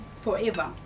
forever